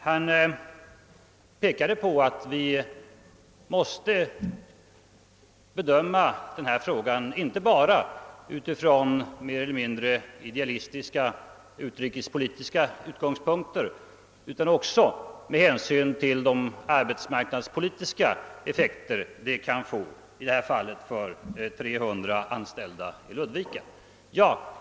Herr Bergqvist påpekar att vi måste bedöma denna fråga inte bara från mer eller mindre idealistiska och utrikespolitiska utgångspunkter utan också med hänsyn till de arbetsmarknadspolitiska effekter den kan få, i det här fallet för 300 anställda i Ludvika.